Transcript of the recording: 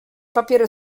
papiery